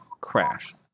crash